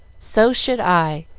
so should i,